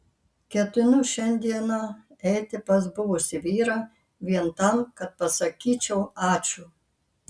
ketinu šiandieną eiti pas buvusį vyrą vien tam kad pasakyčiau ačiū